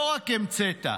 לא רק המצאת,